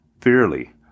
Fairly